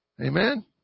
Amen